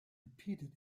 repeated